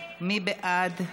מי בעד?